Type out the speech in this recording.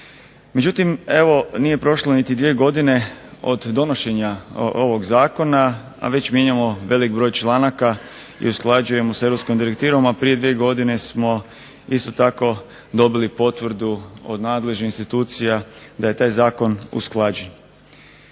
Međutim, evo nije prošlo niti dvije godine od donošenja ovog zakona, a već mijenjamo velik broj članaka i usklađujemo s europskom direktivom, a prije dvije godine smo isto tako dobili potvrdu od nadležnih institucija da je taj zakon usklađen.